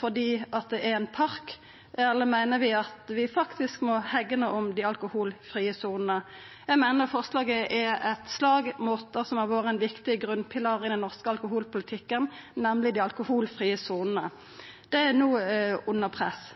fordi det er ein park? Eller meiner vi at vi faktisk må hegna om dei alkoholfrie sonene? Eg meiner forslaget er eit slag mot det som har vore ein viktig grunnpilar i den norske alkoholpolitikken, nemleg dei alkoholfrie sonene. Det er no under press.